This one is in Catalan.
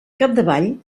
capdavall